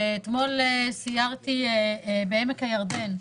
ואתמול סיירתי בעמק הירדן.